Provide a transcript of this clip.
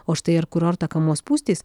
o štai ar kurortą kamuos spūstys